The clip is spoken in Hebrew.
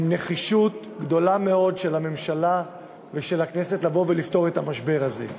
עם נחישות גדולה מאוד של הממשלה ושל הכנסת לבוא ולפתור את המשבר הזה.